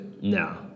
No